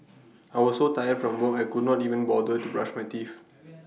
I was so tired from work I could not even bother to brush my teeth